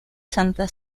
santa